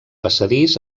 passadís